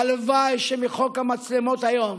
הלוואי שמחוק המצלמות היום